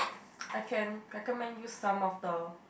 I can recommend you some of the